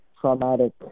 traumatic